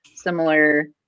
similar